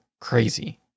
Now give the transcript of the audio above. crazy